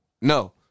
No